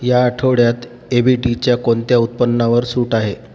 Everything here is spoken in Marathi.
या आठवड्यात ए व्ही टीच्या कोणत्या उत्पन्नावर सूट आहे